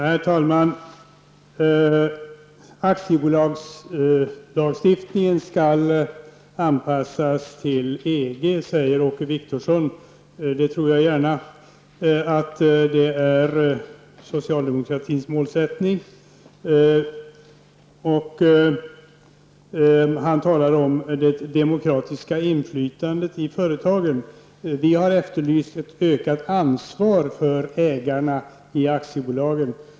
Herr talman! Aktiebolagslagstiftningen skall anpassas till EG, sade Åke Wictorsson. Att det är socialdemokratins målsättning tror jag gärna. Han talade om det demokratiska inflytandet i företagen. Vi har efterlyst ett ökat ansvar för ägarna i aktiebolagen.